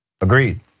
Agreed